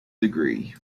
degree